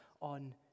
on